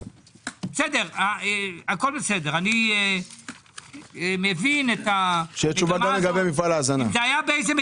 הכול בסדר, אני מבין את המגמה הזאת.